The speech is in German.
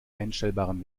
einstellbaren